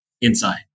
inside